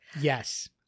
Yes